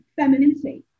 femininity